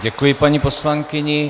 Děkuji paní poslankyni.